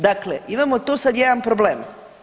Dakle, imamo tu sad jedan problem.